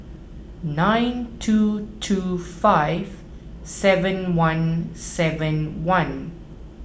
nine two two five seven one seven one